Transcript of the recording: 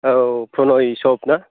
औ पुनय चप ना